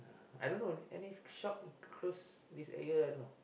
I don't know any shop close this area right now